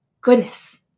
goodness